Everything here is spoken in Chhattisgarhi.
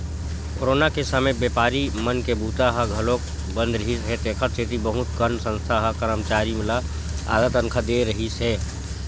कोरोना के समे बेपारी मन के बूता ह घलोक बंद रिहिस हे तेखर सेती बहुत कन संस्था ह करमचारी ल आधा तनखा दे रिहिस हे